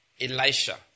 Elisha